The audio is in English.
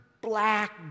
black